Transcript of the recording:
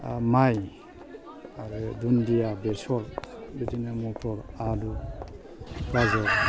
माइ आरो दुन्दिया बेसर बिदिनो मथर आलु गाजर